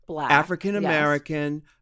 African-American